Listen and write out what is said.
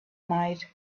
night